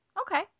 Okay